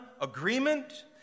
agreement